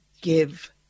give